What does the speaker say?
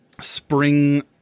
spring